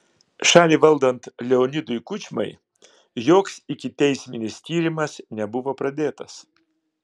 šalį valdant leonidui kučmai joks ikiteisminis tyrimas nebuvo pradėtas